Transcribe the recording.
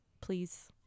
please